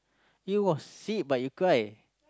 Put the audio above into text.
you gossip but you cry